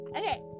okay